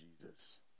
Jesus